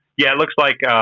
yeah, it looks like,